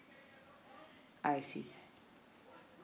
I see